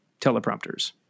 teleprompters